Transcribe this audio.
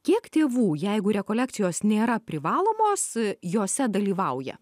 kiek tėvų jeigu rekolekcijos nėra privalomos jose dalyvauja